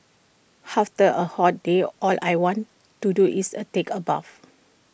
after A hot day all I want to do is A take A bath